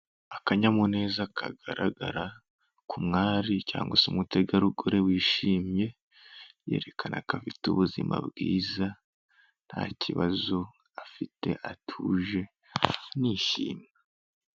Akanyamuneza kagaragara ku mwari cyangwa se umutegarugori wishimye, yerekana ko afite ubuzima bwiza ntakibazo afite atuje, anishimye.